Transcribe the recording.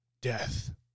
death